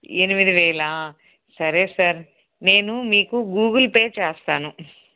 ఎనిమిది వేలా సరే సార్ నేను మీకు గూగుల్ పే చేస్తాను